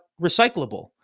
recyclable